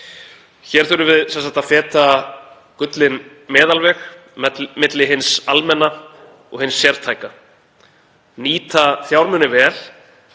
Hér þurfum við að feta gullinn meðalveg milli hins almenna og hins sértæka, nýta fjármuni vel,